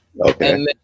Okay